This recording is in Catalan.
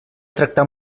tractar